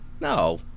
No